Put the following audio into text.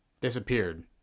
disappeared